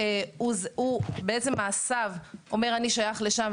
בעצם מעשיו אומר: אני שייך לשם,